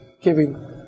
giving